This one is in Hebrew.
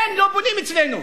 אין, לא בונים אצלנו.